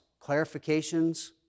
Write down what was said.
clarifications